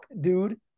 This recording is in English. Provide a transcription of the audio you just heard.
dude